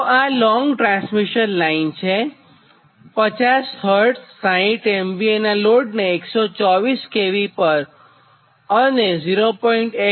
તો આ long transmission line છે જે 50 Hz 60 MVA નાં લોડને 124 kV પર અને 0